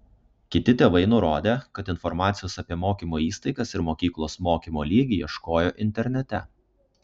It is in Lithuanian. kiti tėvai nurodė kad informacijos apie mokymo įstaigas ir mokyklos mokymo lygį ieškojo internete